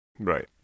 Right